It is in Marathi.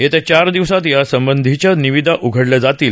येत्या चार दिवसात यासंबंधीच्या निविदा उघडल्या जातील